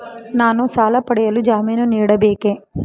ನಾನು ಸಾಲ ಪಡೆಯಲು ಜಾಮೀನು ನೀಡಬೇಕೇ?